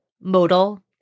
modal